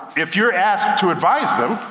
if you're asked to advise them,